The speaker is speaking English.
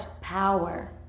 power